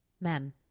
men